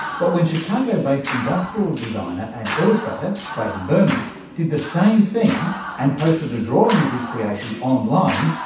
but when chicago-based industrial designer and illustrator creighton berman did the same thing and posted a drawing of his creation online,